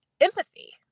empathy